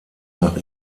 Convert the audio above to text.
nach